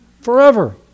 forever